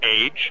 age